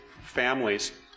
families